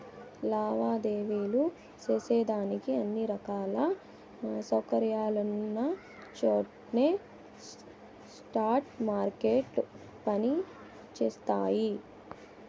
లావాదేవీలు సేసేదానికి అన్ని రకాల సౌకర్యాలున్నచోట్నే స్పాట్ మార్కెట్లు పని జేస్తయి